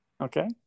Okay